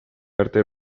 arte